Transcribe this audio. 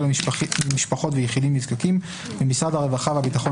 למשפחות ויחידים נזקקים במשרד הרווחה והביטחון